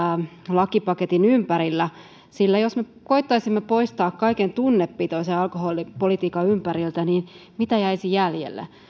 lakipaketin ympärillä sillä jos me koettaisimme poistaa kaiken tunnepitoisen alkoholipolitiikan ympäriltä niin mitä jäisi jäljelle